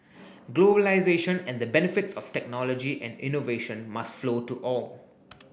globalisation and the benefits of technology and innovation must flow to all